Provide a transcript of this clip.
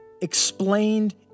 explained